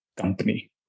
company